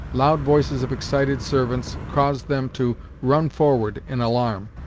loud voices of excited servants, caused them to run forward in alarm.